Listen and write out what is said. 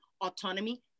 autonomy